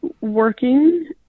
working